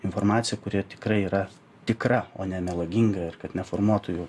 informaciją kuri tikrai yra tikra o ne melaginga ir kad ne formuotojų